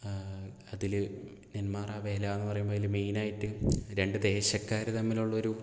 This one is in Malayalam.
അതിൽ നെന്മാറ വേലയെന്ന് പറയുമ്പോൾ അതിൽ മെയിനായിട്ട് രണ്ട് ദേശക്കാർ തമ്മിലുള്ളൊരു